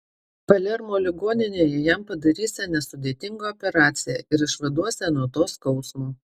palermo ligoninėje jam padarysią nesudėtingą operaciją ir išvaduosią nuo to skausmo